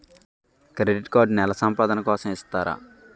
Credit card నెల సంపాదన కోసం ఇస్తారా?